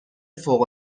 فوق